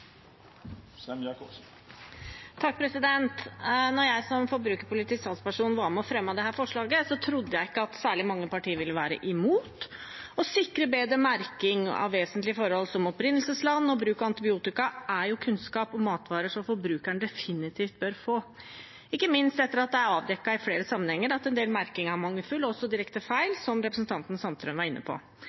jeg som forbrukerpolitisk talsperson var med og fremmet dette forslaget, trodde jeg ikke at særlig mange partier ville være imot å sikre bedre merking. Vesentlige forhold som opprinnelsesland og bruk av antibiotika er jo kunnskap om matvarer som forbrukeren definitivt bør få, ikke minst etter at det i flere sammenhenger er avdekket at en del merking er mangelfull og også direkte feil, slik representanten Sandtrøen var inne på.